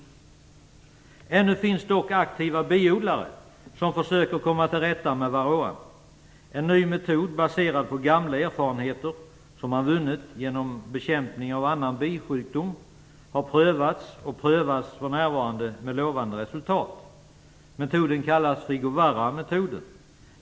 Ännu finns dock aktiva biodlare som försöker komma till rätta med varroa. En ny metod baserad på gamla erfarenheter som man vunnit genom bekämpning av annan bisjukdom har prövats och prövas för närvarande med lovande resultat. Metoden kallas Frigovarroametoden.